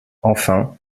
enfin